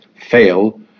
fail